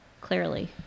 clearly